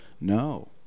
No